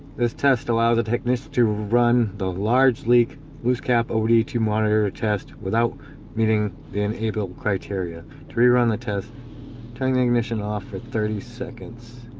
this test allows the technician to run the large leak loose cap od to monitor a test without meeting the enable criteria to rerun the test turn the ignition off for thirty seconds,